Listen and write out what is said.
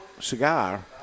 cigar